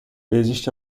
existe